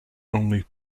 only